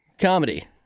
comedy